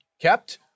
kept